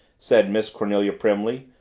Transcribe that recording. said miss cornelia primly.